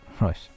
Right